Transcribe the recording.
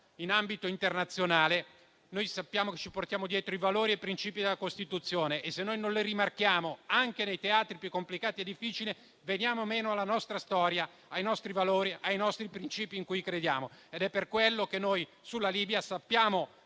in ambito internazionale, sappiamo che ci portiamo dietro i valori e i principi della Costituzione; e se noi non li rimarchiamo anche nei teatri più complicati e difficili, veniamo meno alla nostra storia, ai nostri valori e ai principi in cui crediamo. È per questo che noi sulla Libia sappiamo